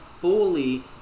fully